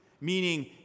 Meaning